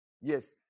yes